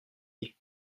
dit